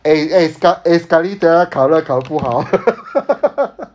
eh eh sekali eh sekali 等一下考他考得不好